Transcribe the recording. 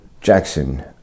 Jackson